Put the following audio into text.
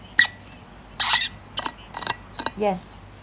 yes